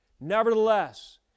Nevertheless